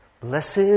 Blessed